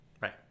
Right